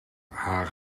haar